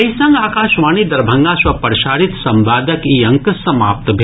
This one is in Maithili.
एहि संग आकाशवाणी दरभंगा सँ प्रसारित संवादक ई अंक समाप्त भेल